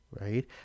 right